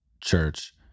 church